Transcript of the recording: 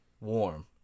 warm